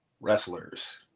wrestlers